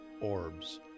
orbs